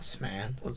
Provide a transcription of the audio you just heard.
man